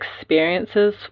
experiences